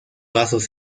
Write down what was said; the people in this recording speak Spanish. vasos